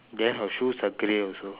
then her shoes are grey also